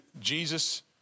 Jesus